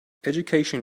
education